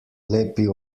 lepi